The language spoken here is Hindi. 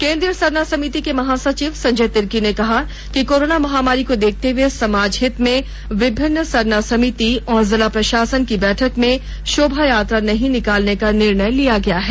केंद्रीय सरना समिति के महासचिव संजय तिर्की ने कहा कि कोरोना महामारी को देखते हए समाज हित में विभिन्न सरना समिति एवं जिला प्रशासन की बैठक में शोभायात्रा नहीं निकालने का निर्णय लिया गया है